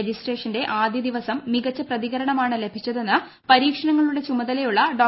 രജിസ്ട്രേഷന്റെ ആദ്യ ദിവസം മികച്ചു പ്രതികരണമാണ് ലഭിച്ചതെന്ന് പരീക്ഷണങ്ങളുടെ ചുമതലയുള്ള ഡോ